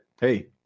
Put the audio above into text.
hey